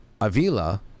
Avila